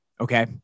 Okay